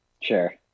Sure